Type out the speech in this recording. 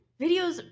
videos